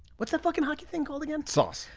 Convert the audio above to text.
what's that fucking hockey thing called again? sauce.